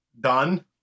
Done